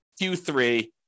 Q3